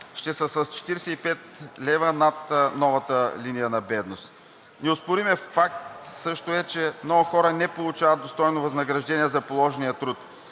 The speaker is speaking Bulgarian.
ще са с 45 лв. над новата линия на бедност. Неоспорим факт също е, че много хора не получават достойно възнаграждение за положения труд.